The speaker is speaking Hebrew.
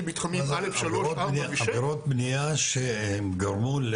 עבירות בנייה שהם גרמו,